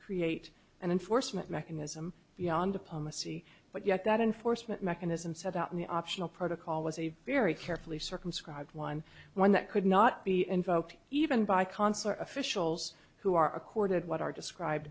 create an enforcement mechanism beyond diplomacy but yet that enforcement mechanism set out in the optional protocol was a very carefully circumscribed one one that could not be invoked even by consular officials who are accorded what are described